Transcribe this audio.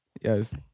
Yes